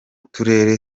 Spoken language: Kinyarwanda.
turere